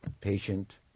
patient